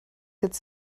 jetzt